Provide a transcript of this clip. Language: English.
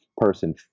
person